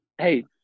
Hey